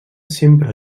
sempre